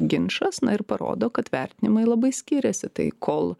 ginčas na ir parodo kad vertinimai labai skiriasi tai kol